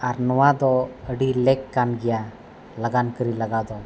ᱟᱨ ᱱᱚᱣᱟ ᱫᱚ ᱟᱹᱰᱤ ᱞᱮᱠ ᱠᱟᱱ ᱜᱮᱭᱟ ᱞᱟᱜᱟᱱ ᱠᱟᱹᱨᱤ ᱞᱟᱜᱟᱣ ᱫᱚ